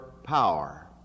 Power